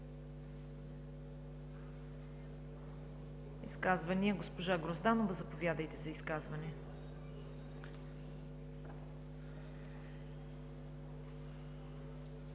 изказвания. Госпожо Грозданова, заповядайте за изказване.